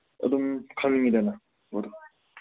ꯑꯗꯨꯝ ꯈꯪꯅꯤꯡꯉꯤꯗꯅ